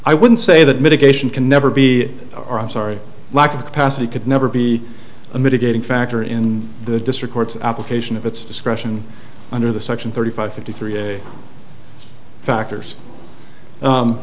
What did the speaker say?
i would say that mitigation can never be or i'm sorry lack of capacity could never be a mitigating factor in the district courts application of its discretion under the section thirty five fifty three factors